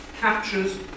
captures